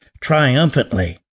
triumphantly